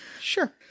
Sure